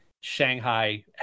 Shanghai